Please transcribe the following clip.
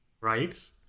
right